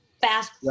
fast